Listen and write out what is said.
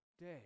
Day